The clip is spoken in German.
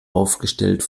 aufgestellt